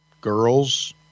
girls